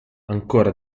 ancora